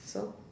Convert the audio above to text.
so